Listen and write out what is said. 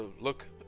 Look